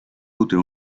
utile